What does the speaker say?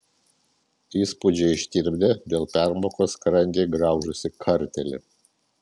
įspūdžiai ištirpdė dėl permokos skrandį griaužusį kartėlį